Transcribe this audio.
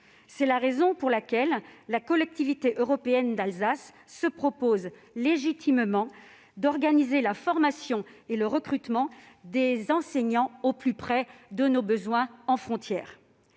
C'est la raison pour laquelle la Collectivité européenne d'Alsace se propose légitimement d'organiser la formation et le recrutement des enseignants au plus près de nos besoins en frontière.